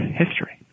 history